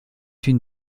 une